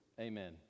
Amen